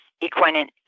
equine